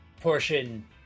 portion